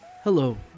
Hello